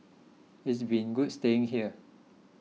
it's been good staying here